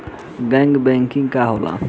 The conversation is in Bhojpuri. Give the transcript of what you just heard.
गैर बैंकिंग का होला?